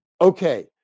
Okay